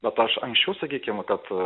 bet aš anksčiau sakykim kad